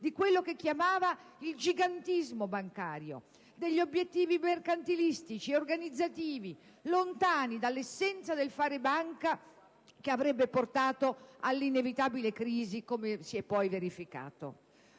di quello che chiamava il gigantismo bancario, degli obiettivi mercantilistici e organizzativi, lontani dall'essenza del "fare banca", che avrebbero portato all'inevitabile crisi (così come si è poi verificato).